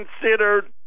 considered